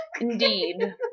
Indeed